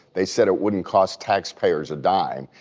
they said it wouldn't cost taxpayers a dime.